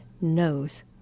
knows